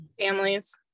families